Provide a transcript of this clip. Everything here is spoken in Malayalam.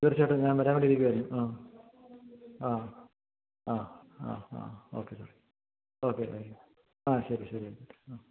തീർച്ചയായിട്ടും ഞാൻ വരാൻ വേണ്ടി ഇരിക്കുവായിരുന്നു ആ ആ ആ ആ ആ ഓക്കെ സാർ ഓക്കെ ആ ശരി ശരി എന്നാൽ